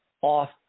off